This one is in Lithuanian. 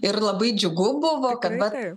ir labai džiugu buvo kad vat